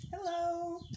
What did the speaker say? Hello